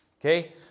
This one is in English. okay